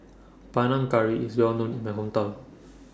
Panang Curry IS Well known in My Hometown